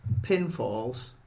pinfalls